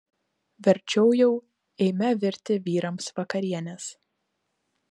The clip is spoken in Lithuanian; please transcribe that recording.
verčiau jau eime virti vyrams vakarienės